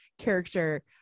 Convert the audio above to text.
character